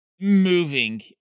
moving